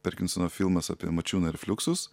perkinsono filmas apie mačiūną ir fliuksus